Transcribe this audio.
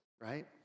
right